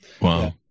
Wow